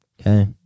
okay